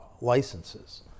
licenses